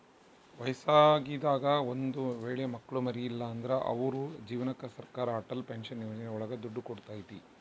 ವಯಸ್ಸಾಗಿದಾಗ ಒಂದ್ ವೇಳೆ ಮಕ್ಳು ಮರಿ ಇಲ್ಲ ಅಂದ್ರು ಅವ್ರ ಜೀವನಕ್ಕೆ ಸರಕಾರ ಅಟಲ್ ಪೆನ್ಶನ್ ಯೋಜನೆ ಒಳಗ ದುಡ್ಡು ಕೊಡ್ತೈತಿ